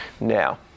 now